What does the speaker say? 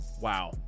wow